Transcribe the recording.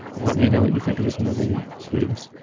let me know what you think of this movie. please.